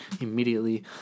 immediately